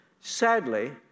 Sadly